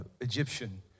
Egyptian